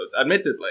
Admittedly